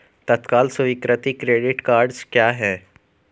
तत्काल स्वीकृति credit cards क्या हैं?